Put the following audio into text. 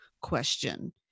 question